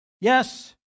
Yes